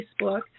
Facebook